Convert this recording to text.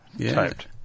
typed